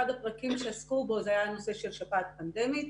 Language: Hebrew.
אחד הפרקים שעסקו בו היה הנושא של שפעת פנדמית.